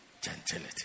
Gentility